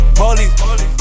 police